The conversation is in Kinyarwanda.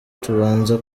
tubanza